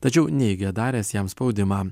tačiau neigė daręs jam spaudimą